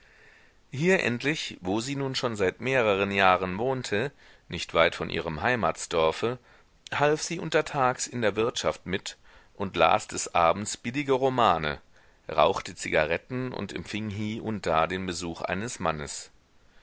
hier endlich wo sie nun schon seit mehreren jahren wohnte nicht weit von ihrem heimatsdorfe half sie untertags in der wirtschaft mit und las des abends billige romane rauchte zigaretten und empfing hie und da den besuch eines mannes